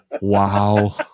Wow